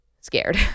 scared